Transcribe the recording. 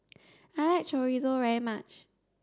I like Chorizo very much